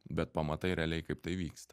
bet pamatai realiai kaip tai vyksta